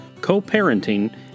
co-parenting